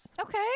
okay